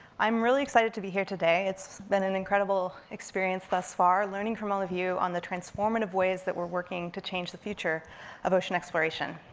i'm really excited to be here today. it's been an incredible experience thus far, learning from all of you on the transformative ways we're working to change the future of ocean exploration.